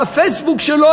בפייסבוק שלו,